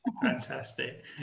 fantastic